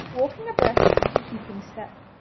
walking abreast and keeping step.